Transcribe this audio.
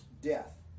death